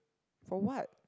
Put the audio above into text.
for what